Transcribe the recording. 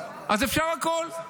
אז אפשר הכול.